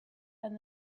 and